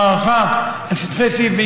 המערכה על שטחי C,